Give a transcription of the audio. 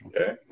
Okay